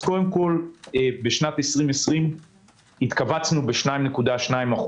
בשנת 2020 התכווצנו ב-2.2%.